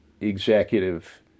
executive